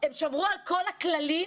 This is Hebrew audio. הם שמרו על כל הכללים,